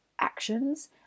actions